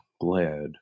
glad